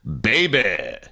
Baby